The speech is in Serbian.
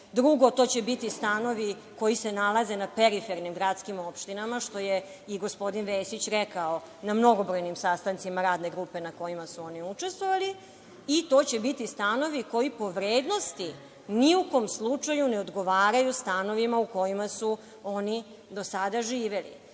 Drugo, to će biti stanovi koji se nalaze na perifernim gradskim opštinama, što je i gospodin Vesić rekao na mnogobrojnim sastancima radne grupe na kojima su oni učestvovali. I, to će biti stanovi koji po vrednosti ni u kom slučaju ne odgovaraju stanovima u kojima su oni do sada živeli.I